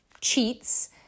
cheats